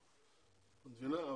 את מבינה?